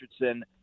Richardson